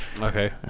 Okay